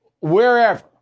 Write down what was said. wherever